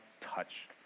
touch